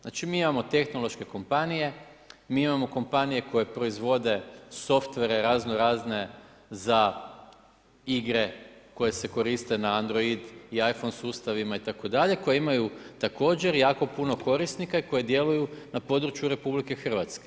Znači mi imamo tehnološke kompanije, mi imamo kompanije koje proizvode software razno razne za igre koji se koriste na android i na iPhone sustavima itd. koji imaju također jako puno korisnika i koji djeluju na području RH.